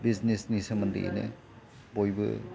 बिजनेसनि सोमोन्दैनो बयबो